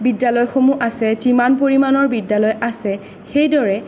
বিদ্যালয়সমূহ আছে যিমান পৰিমাণৰ বিদ্যালয় আছে সেইদৰে